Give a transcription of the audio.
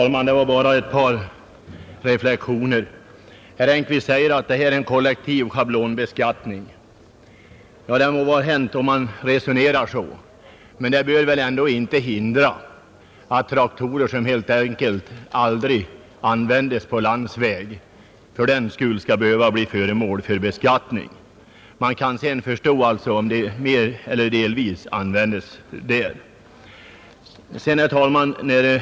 Herr talman! Bara ett par reflexioner! Herr Engkvist säger att detta är en kollektiv schablonbeskattning. Det må vara hänt att man resonerar så. Men det kan väl ändå inte motivera att traktorer som aldrig används på landsväg skall behöva bli föremål för beskattning? Däremot kan man förstå det om de används där i större eller mindre utsträckning.